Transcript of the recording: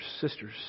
sisters